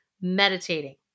meditating